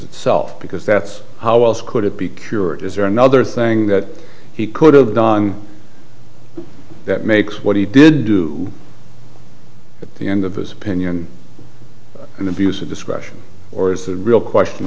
itself because that's how else could it be cured is there another thing that he could have done that makes what he did do at the end of his opinion an abuse of discretion or is the real question